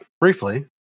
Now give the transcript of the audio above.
briefly